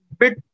bit